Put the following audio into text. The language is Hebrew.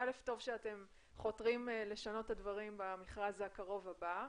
טוב שאתם חותרים לשנות את הדברים במכרז הקרוב הבא.